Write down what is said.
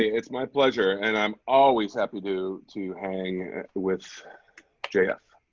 it's my pleasure. and i'm always happy to to hang with j f.